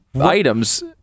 items